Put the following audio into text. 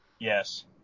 Yes